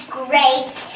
great